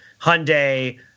Hyundai